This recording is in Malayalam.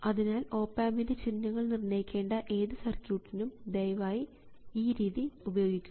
അതിനാൽ ഓപ് ആമ്പിൻറെ ചിഹ്നങ്ങൾ നിർണ്ണയിക്കേണ്ട ഏതു സർക്യൂട്ടിനും ദയവായി ഈ ഈ രീതി ഉപയോഗിക്കുക